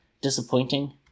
disappointing